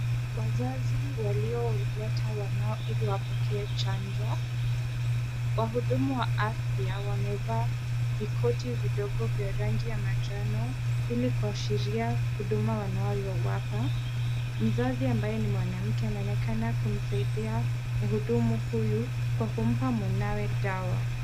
Wazazi walioleta wanao ili wapokee chanjo, wahudumu wa afya wamevaa vikoti vidogo vya rangi ya manjano, ili kuwaashiria huduma wanayowapa. Mzazi ambaye ni mwanamke anaonekana kumsaidia mhudumu huyu kwa kuumpa mwanawe dawa.